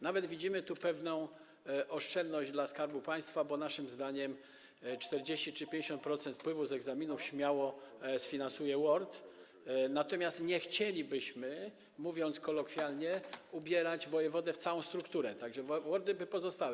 Nawet widzimy tu pewną oszczędność dla Skarbu Państwa, bo naszym zdaniem 40% czy 50% wpływów z egzaminów śmiało sfinansuje WORD, natomiast nie chcielibyśmy, mówiąc kolokwialnie, ubierać wojewody w całą strukturę, tak że WORD-y by pozostały.